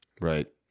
Right